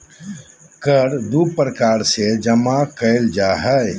कर दू प्रकार से जमा कइल जा हइ